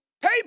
Hey